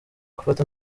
gufata